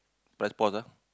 press pause ah